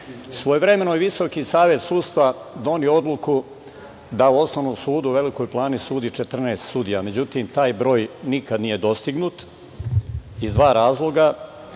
Plani. Svojevremeno je Visoki savet sudstva doneo odluku da u Osnovnom sudu u Velikoj Plani sudi 14 sudija. Međutim, taj broj nikada nije dostignut iz dva razloga.